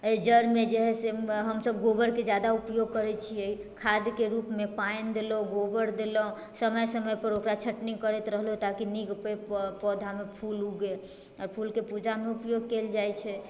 जड़िमेजे हइ हमसब गोबरके ज्यादा उपयोग करै छिए खादके रूपमे पानि देलहुँ गोबर देलहुँ समय समयपर ओकरा छटनी करैत रहलहुँ ताकि नीक पौधामे फूल उगै आओर फूलके पूजामे उपयोग कएल जाइ छै